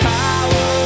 power